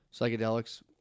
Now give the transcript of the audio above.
psychedelics